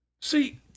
See